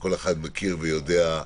כל אחד מכיר ויודע,